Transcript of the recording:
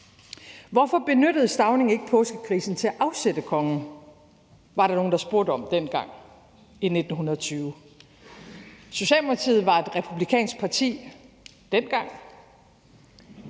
Hvorfor benyttede Stauning ikke påskekrisen til at afsætte kongen? var der nogle der spurgte om dengang i 1920. Socialdemokratiet var et republikansk parti – dengang.